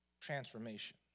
transformation